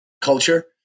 culture